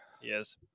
Yes